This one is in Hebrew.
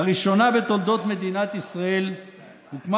לראשונה בתולדות מדינת ישראל הוקמה